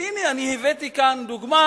והנה, הבאתי לכאן דוגמה